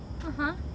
(uh huh)